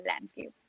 landscape